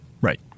Right